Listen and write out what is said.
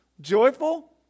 Joyful